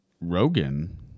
Rogan